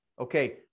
Okay